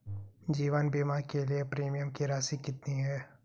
जीवन बीमा के लिए प्रीमियम की राशि कितनी है?